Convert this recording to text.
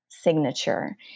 Signature